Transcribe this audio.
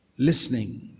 listening